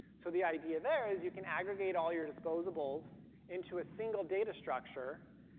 so the idea there is you can aggregate all your disposables into a single data structure,